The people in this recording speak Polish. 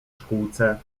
szkółce